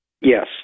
Yes